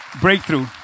breakthrough